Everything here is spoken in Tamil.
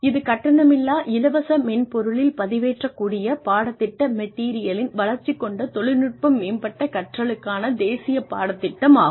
இது கட்டணமில்லா இலவச மென்பொருளில் பதிவேற்றக்கூடிய பாடத்திட்ட மெட்டீரியலின் வளர்ச்சி கொண்ட தொழில்நுட்பம் மேம்பட்ட கற்றலுக்கான தேசிய பாடத்திட்டம் ஆகும்